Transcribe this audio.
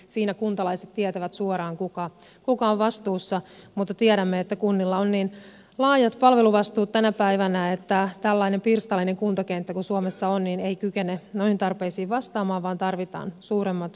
siinä kuntalaiset tietävät suoraan kuka on vastuussa mutta tiedämme että kunnilla on niin laajat palveluvastuut tänä päivänä että tällainen pirstaleinen kuntakenttä joka suomessa on ei kykene noihin tarpeisiin vastaamaan vaan tarvitaan suuremmat kunnat